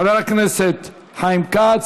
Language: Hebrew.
חבר הכנסת חיים כץ.